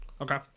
Okay